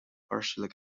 partially